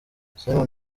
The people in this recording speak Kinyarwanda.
simon